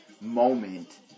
moment